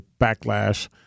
backlash